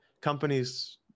companies